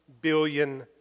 billion